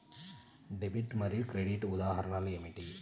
Debit మరియు credit ఉదాహరణలు ఏమిటీ?